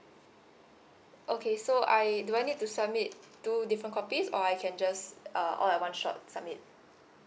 okay so I do I need to submit two different copies or I can just uh all in one shot submit